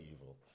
evil